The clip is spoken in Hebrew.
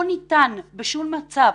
לא ניתן בשום מצב